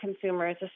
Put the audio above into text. consumers